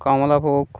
কমলাভোগ